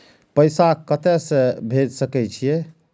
पैसा कते से भेज सके छिए?